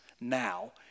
now